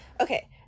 okay